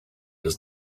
does